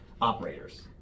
operators